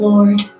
Lord